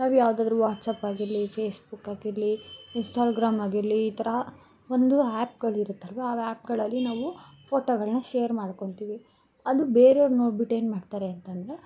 ನಾವು ಯಾವುದಾದ್ರು ವ್ಯಾಟ್ಸ್ಆ್ಯಪ್ ಆಗಿರಲಿ ಫೇಸ್ಬುಕ್ ಆಗಿರಲಿ ಇನ್ಸ್ಟಾಗ್ರಾಮ್ ಆಗಿರಲಿ ಈ ತರಹ ಒಂದು ಆ್ಯಪ್ಗಳಿರತ್ತಲ್ವ ಆ ಆ್ಯಪ್ಗಳಲ್ಲಿ ನಾವು ಫೋಟೋಗಳನ್ನ ಶೇರ್ ಮಾಡ್ಕೊತೀವಿ ಅದು ಬೇರೆಯವ್ರು ನೋಡಿಬಿಟ್ಟು ಏನು ಮಾಡ್ತಾರೆ ಅಂತಂದರೆ